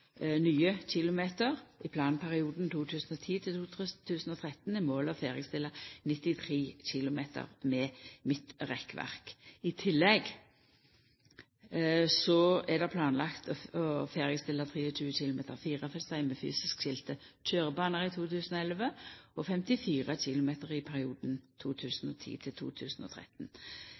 nye km. I planperioden 2010–2013 er målet å ferdigstilla 93 km med midtrekkverk. I tillegg er det planlagt å ferdigstilla 23 km firefeltsveg med fysisk skilde køyrebanar i 2011, og 54 km i perioden 2010–2013. Vidare legg vi opp til